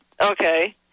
Okay